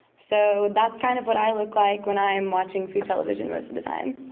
so that's kind of what i look like when i am watching food television most of the time.